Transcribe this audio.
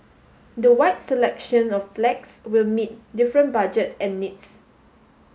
the wide selection of flags will meet different budget and needs